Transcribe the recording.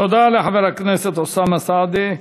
תודה לחבר הכנסת אוסאמה סעדי.